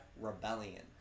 Rebellion